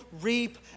reap